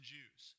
Jews